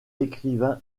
écrivain